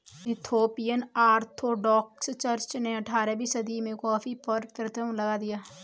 Ethiopian Orthodox church ने अठारहवीं सदी में कॉफ़ी पर प्रतिबन्ध लगा दिया